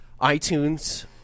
iTunes